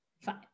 Fine